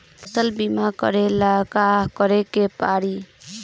फसल बिमा करेला का करेके पारी?